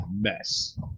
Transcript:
mess